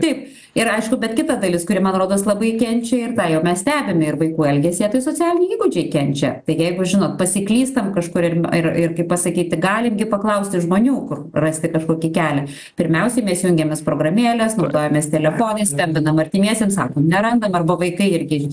taip ir aišku bet kita dalis kuri man rodos labai kenčia ir tą jau mes stebime ir vaikų elgesyje tai socialiniai įgūdžiai kenčia tai jeigu žinot pasiklysta kažkur ir ir kaip pasakyti galit gi paklausti žmonių kur rasti kažkokį kelią pirmiausiai mes jungiamės programėles naudojamės telefonais stambinam artimiesiems sakom nerandam arba vaikai irgi